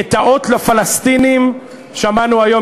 גטאות לפלסטינים, שמענו היום.